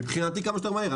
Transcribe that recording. מבחינתי, כמה שיותר מהר.